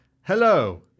hello